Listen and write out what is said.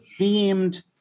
themed